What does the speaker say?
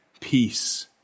peace